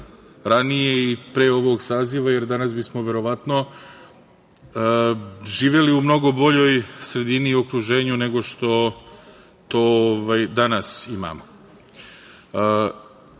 ranije i pre ovog saziva, jer danas bismo verovatno živeli u mnogo boljoj sredini i okruženju, nego što to danas imamo. Moram